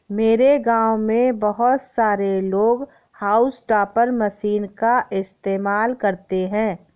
मेरे गांव में बहुत सारे लोग हाउस टॉपर मशीन का इस्तेमाल करते हैं